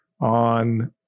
on